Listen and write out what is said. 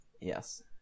Yes